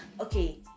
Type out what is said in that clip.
okay